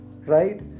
Right